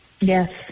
Yes